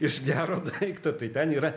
iš gero daikto tai ten yra